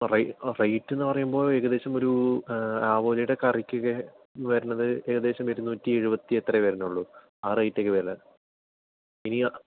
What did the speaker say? ray rate എന്ന് പറയുമ്പോൾ ഏകദേശം ഒരു ആവോലിയുടെ കറിക്ക് ഒക്കെ വരുന്നത് ഏകദേശം ഇരുന്നൂറ്റി എഴുപത്തി അത്രയേ വരുന്നുള്ളൂ ആ റേറ്റ് ഒക്കെ വരുന്നുള്ളൂ ഇനി ആ